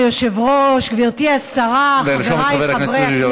אדוני היושב-ראש, גברתי השרה, חבריי חברי הכנסת.